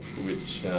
which